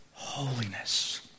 holiness